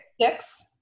Six